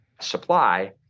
supply